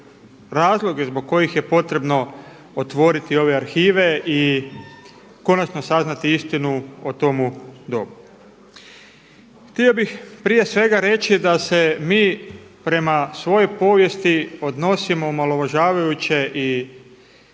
razloge zbog kojih je potrebno otvoriti ove arhive i konačno saznati istinu o tomu dobu. Htio bih prije svega reći da se mi prema svojoj povijesti odnosimo omalovažavajuće i